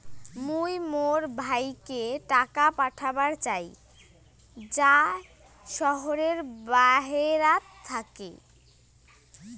মুই মোর ভাইকে টাকা পাঠাবার চাই য়ায় শহরের বাহেরাত থাকি